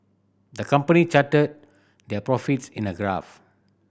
the company charted their profits in a graph